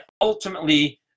ultimately